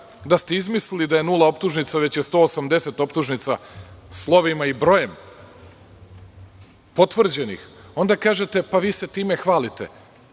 da ste izmislili da je nula optužnica, već je 180 optužnica slovima i brojem, potvrđenih, onda kažete – pa vi se time hvalite.